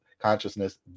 consciousness